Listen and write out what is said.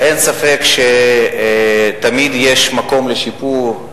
אין ספק שתמיד יש מקום לשיפור.